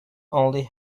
only